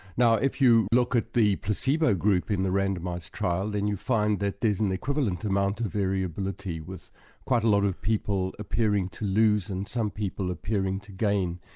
now if you look at the placebo group in the randomised trial, and find that there's an equivalent amount of variability with quite a lot of people appearing to lose and some people appearing to gain,